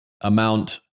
amount